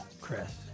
Chris